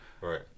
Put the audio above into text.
right